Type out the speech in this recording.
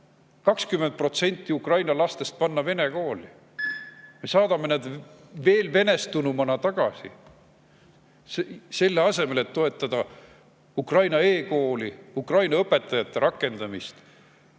20% ukraina lastest panna vene kooli. Me saadame nad veel venestunumana tagasi, selle asemel et toetada Ukraina e‑kooli, Ukraina õpetajate rakendamist.